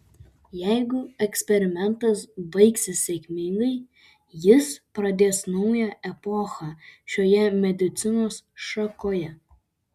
jeigu eksperimentas baigsis sėkmingai jis pradės naują epochą šioje medicinos šakoje